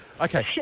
Okay